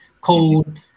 cold